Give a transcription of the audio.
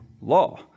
law